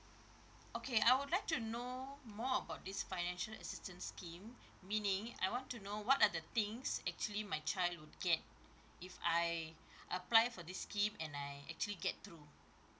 okay I would like to know more about this financial assistance scheme meaning I want to know what are the things actually my child would get if I apply for this scheme and I actually get through